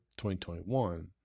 2021